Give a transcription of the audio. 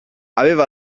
aveva